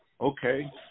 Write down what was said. okay